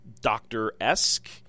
doctor-esque